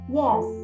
yes